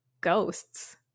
ghosts